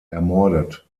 ermordet